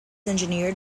engineered